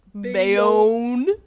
Bayonne